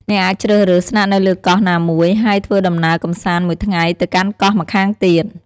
អ្នកអាចជ្រើសរើស ស្នាក់នៅលើកោះណាមួយ ហើយធ្វើដំណើរកម្សាន្តមួយថ្ងៃទៅកាន់កោះម្ខាងទៀត។